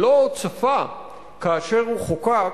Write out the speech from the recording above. לא צפה כאשר הוא חוקק